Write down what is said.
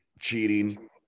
cheating